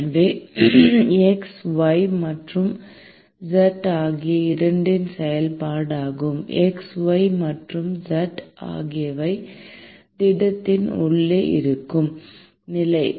எனவே இது x y மற்றும் z ஆகிய இரண்டின் செயல்பாடாகும் x y மற்றும் z ஆகியவை திடத்தின் உள்ளே இருக்கும் நிலை